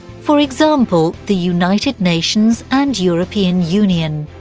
for example the united nations and european union.